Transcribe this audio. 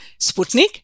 Sputnik